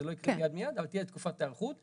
זה לא יקרה מיד מיד, תהיה תקופת היערכות.